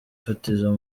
fatizo